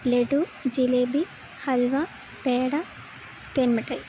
laddu jalebi halwa peda തേന്മിഠായി